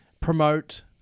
promote